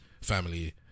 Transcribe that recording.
family